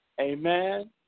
amen